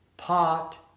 pot